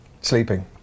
sleeping